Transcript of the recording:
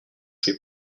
suis